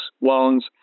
loans